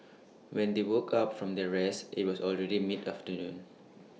when they woke up from their rest IT was already mid afternoon